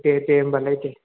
दे दे होनब्लालाय दे